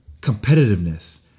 competitiveness